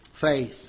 Faith